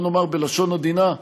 בוא נאמר בלשון עדינה,